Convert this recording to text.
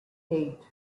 eight